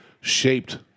shaped